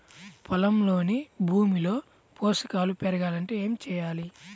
పొలంలోని భూమిలో పోషకాలు పెరగాలి అంటే ఏం చేయాలి?